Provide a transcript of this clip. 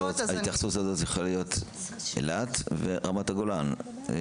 ההתייחסות הזאת יכולה להיות לגבי אילת ורמת הגולן.